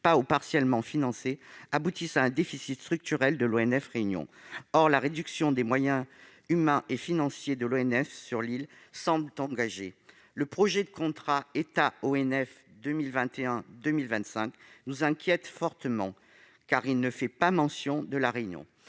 financées partiellement ou non financées, expliquent le déficit structurel de l'ONF de La Réunion. Or la réduction des moyens humains et financiers de l'ONF sur l'île semble engagée. Le projet de contrat État-ONF pour la période 2021-2025 nous inquiète fortement, car il ne fait pas mention de La Réunion.